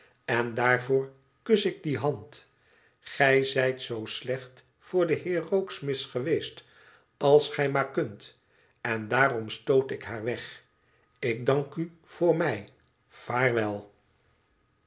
ten daarvoor kus ik die hand gij zijt zoo slecht voor den heer rokesmith geweest als gij maar kunt en daarom stoot ik haar weg ik dank u voor mij vaarwel